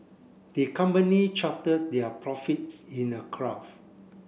the company charted their profits in a graph